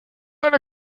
eine